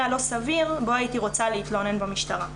הלא סביר בו הייתי רוצה להתלונן במשטרה.